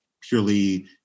purely